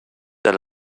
der